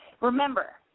Remember